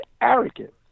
arrogant